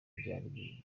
byari